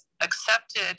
accepted